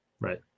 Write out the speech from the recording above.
Right